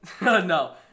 No